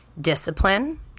discipline